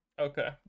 Okay